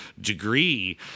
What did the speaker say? degree